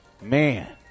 Man